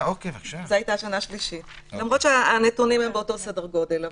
זאת היתה שנה שלישית למרות שהנתונים הם באותו סדר גודל.